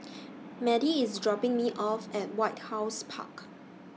Madie IS dropping Me off At White House Park